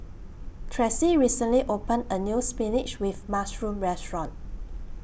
Tressie recently opened A New Spinach with Mushroom Restaurant